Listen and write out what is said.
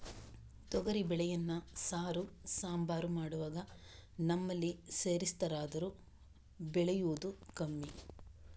ತೊಗರಿ ಬೇಳೆಯನ್ನ ಸಾರು, ಸಾಂಬಾರು ಮಾಡುವಾಗ ನಮ್ಮಲ್ಲಿ ಸೇರಿಸ್ತಾರಾದ್ರೂ ಬೆಳೆಯುದು ಕಮ್ಮಿ